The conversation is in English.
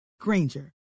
Granger